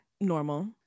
normal